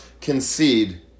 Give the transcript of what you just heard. concede